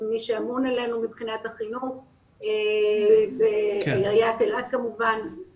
עם מי שאמון עלינו מבחינת החינוך ועיריית אילת כמובן.